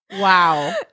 Wow